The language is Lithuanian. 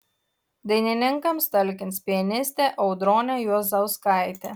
dainininkams talkins pianistė audronė juozauskaitė